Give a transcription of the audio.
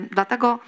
Dlatego